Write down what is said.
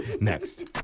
next